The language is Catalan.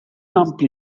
ampli